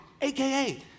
AKA